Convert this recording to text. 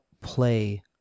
play